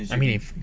I mean